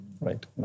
right